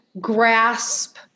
grasp